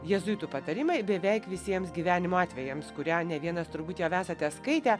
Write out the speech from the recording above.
jėzuitų patarimai beveik visiems gyvenimo atvejams kurią ne vienas turbūt jau esate skaitę